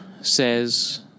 says